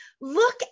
Look